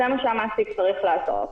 זה מה שהמעסיק צריך לעשות.